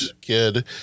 kid